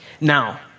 Now